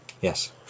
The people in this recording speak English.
Yes